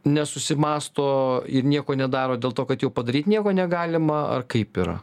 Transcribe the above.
nesusimąsto ir nieko nedaro dėl to kad jau padaryt nieko negalima ar kaip yra